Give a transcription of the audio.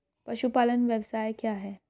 पशुपालन व्यवसाय क्या है?